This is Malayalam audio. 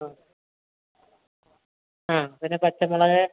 ആ ആ പിന്നെ പച്ചമുളക്